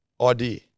idea